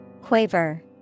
Quaver